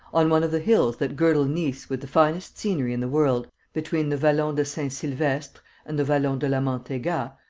on one of the hills that girdle nice with the finest scenery in the world, between the vallon de saint-silvestre and the vallon de la mantega,